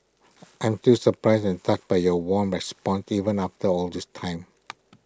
I'm still surprised and touched by your warm responses even after all this time